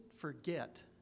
forget